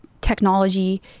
technology